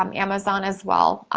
um amazon as well,